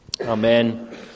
Amen